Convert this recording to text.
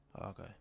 Okay